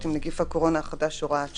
עם נגיף הקורונה החדש (הוראת שעה),